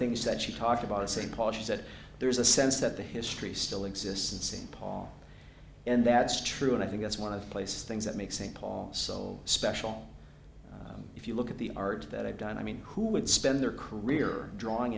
things that she talked about a saint paul she said there's a sense that the history still exists in paul and that's true and i think that's one of places things that makes st paul so special if you look at the art that i've done i mean who would spend their career drawing